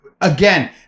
again